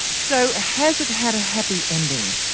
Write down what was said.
so has it had a happy ending?